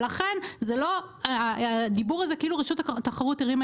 ולכן הדיבור הזה כאילו רשות התחרות הרימה